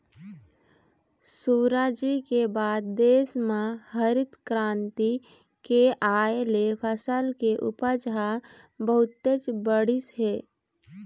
सुराजी के बाद देश म हरित करांति के आए ले फसल के उपज ह बहुतेच बाढ़िस हे